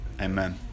Amen